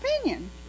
opinion